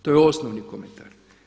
To je osnovni komentar.